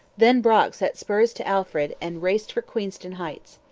then brock set spurs to alfred and raced for queenston heights.